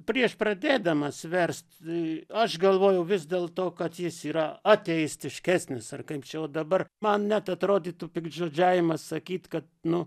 prieš pradėdamas verst aš galvojau vis dėl to kad jis yra ateistiškesnis ar kaip čia va dabar man net atrodytų piktžodžiavimas sakyt kad nu